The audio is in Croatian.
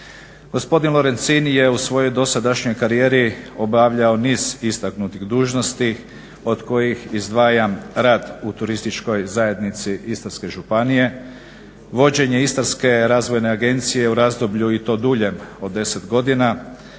Gospodin Lorencin je u svojoj dosadašnjoj karijeri obavljao niz istaknutih dužnosti od kojih izdvajam u turističkoj zajednici Istarske županije, vođenje istarske razvojne agencije u razdoblju i to duljem od deset godina